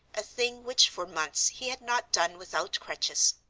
a thing which for months he had not done without crutches.